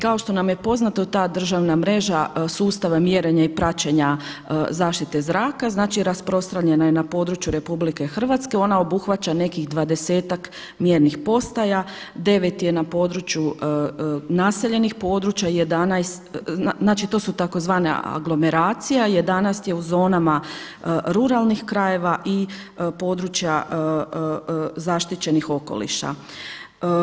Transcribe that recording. Kao što nam je poznato ta državna mreža sustava mjerenja i praćenja zaštite zraka rasprostranjena je na području RH, ona obuhvaća nekih dvadesetak mjernih postaja, 9 je na području naseljenih područja, to su tzv. aglomeracija, 11 je u zonama ruralnih krajeve i područja zaštićenih okoliša.